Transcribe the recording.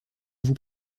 vous